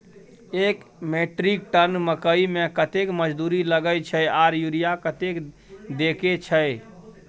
एक metric ton मकई में कतेक मजदूरी लगे छै आर यूरिया कतेक देके छै?